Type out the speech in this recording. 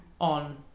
on